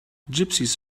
gypsies